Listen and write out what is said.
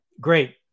Great